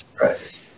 Right